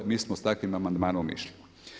Mi smo s takvim amandmanom išli.